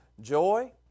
Joy